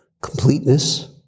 completeness